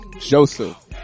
Joseph